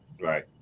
Right